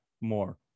more